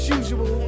usual